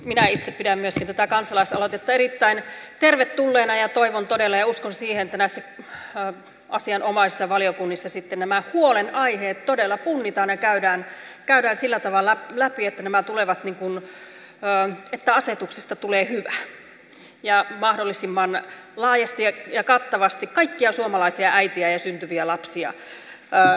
minä itse pidän myöskin tätä kansalaisaloitetta erittäin tervetulleena ja toivon todella sitä ja uskon siihen että näissä asianomaisissa valiokunnissa sitten nämä huolenaiheet todella punnitaan ja käydään sillä tavalla läpi että asetuksesta tulee hyvä ja mahdollisimman laajasti ja kattavasti kaikkia suomalaisia äitejä ja syntyviä lapsia palveleva